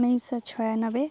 ଉଣେଇଶହ ଛୟାନବେ